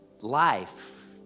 Life